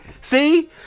see